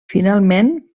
finalment